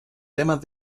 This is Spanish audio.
temas